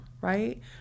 right